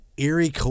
Eerie